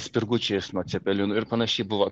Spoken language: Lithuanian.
spirgučiais nuo cepelinų ir panašiai buvo